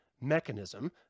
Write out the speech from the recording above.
mechanism